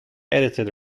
edited